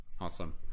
awesome